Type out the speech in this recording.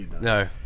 no